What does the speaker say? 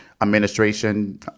administration